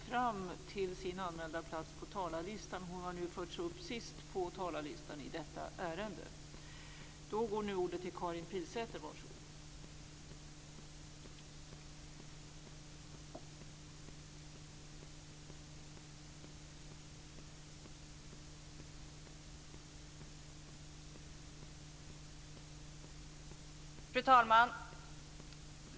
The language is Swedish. Fru talman!